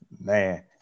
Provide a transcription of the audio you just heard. Man